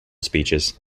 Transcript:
speeches